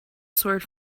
sword